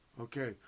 okay